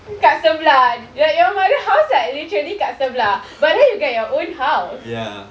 dekat sebelah like your mother house like literally dekat sebelah but you get your own house